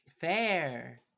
Fair